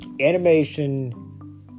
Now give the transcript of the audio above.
animation